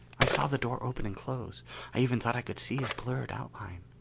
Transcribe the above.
i saw the door open and close. i even thought i could see his blurred outline.